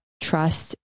trust